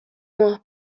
ماه